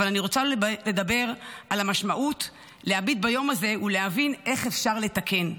אבל אני רוצה לדבר על המשמעות של להביט ביום הזה ולהבין איך אפשר לתקן,